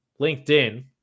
LinkedIn